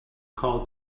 called